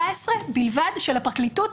אבל 14 בלבד של הפרקליטות